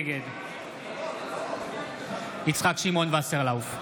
נגד יצחק שמעון וסרלאוף,